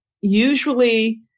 usually